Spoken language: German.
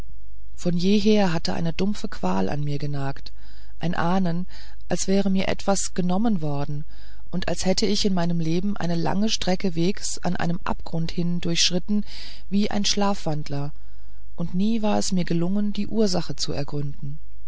von jeher hatte eine dumpfe qual an mir genagt ein ahnen als wäre mir etwas genommen worden und als hätte ich in meinem leben eine lange strecke wegs an einem abgrunde hin durchschritten wie ein schlafwandler und nie war es mir gelungen die ursache zu ergründen